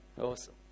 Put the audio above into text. Awesome